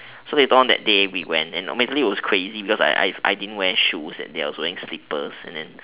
so later on that day we went and actually it was crazy because I I I didn't wear shoes that day I was wearing slippers and then